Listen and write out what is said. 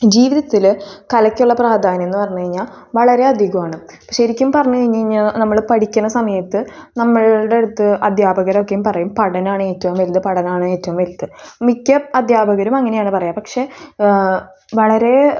ജീവിതത്തിൽ കളിക്കുള്ള പ്രാധാന്യം എന്ന് പറഞ്ഞ് കഴിഞ്ഞാൽ വളരെ അധികമാണ് ശരിക്കും പറഞ്ഞ് കഴിഞ്ഞാൽ നമ്മൾ പഠിക്കുന്ന സമയത്ത് നമ്മളുടെ അടുത്ത് അധ്യാപകരൊക്കെയും പറയും പഠനമാണ് ഏറ്റവും വലുത് പഠനമാണ് ഏറ്റവും വലുത് മിക്ക അധ്യാപകരും അങ്ങനെയാണ് പറയുക പക്ഷേ വളരെ